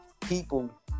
People